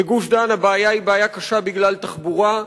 בגוש-דן הבעיה היא בעיה קשה בגלל תחבורה,